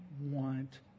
want